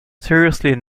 seriously